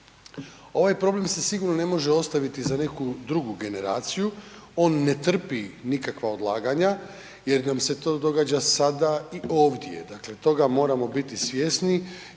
Ovaj problem se sigurno ne može ostaviti za neku drugu generaciju, on ne trpi nikakva odlaganja jer nam se to događa sada i ovdje, dakle toga moramo biti svjesni,